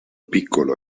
piccolo